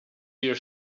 your